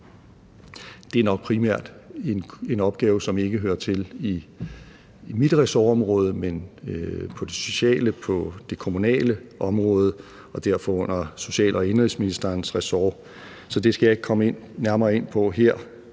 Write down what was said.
Det er nok primært en opgave, som ikke hører til mit ressortområde, men til det sociale og det kommunale område og derfor under social- og indenrigsministerens ressort. Så det skal jeg ikke komme nærmere ind på her.